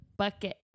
bucket